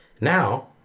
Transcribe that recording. Now